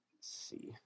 see